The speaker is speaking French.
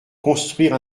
construire